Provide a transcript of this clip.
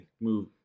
move